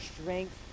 strength